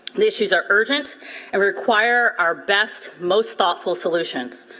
the issues are urgent and require our best, most thoughtful solutions.